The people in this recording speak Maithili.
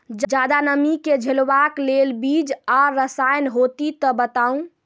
ज्यादा नमी के झेलवाक लेल बीज आर रसायन होति तऽ बताऊ?